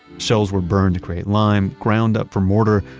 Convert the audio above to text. shells were burned to create lime, ground up for mortar,